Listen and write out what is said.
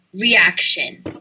reaction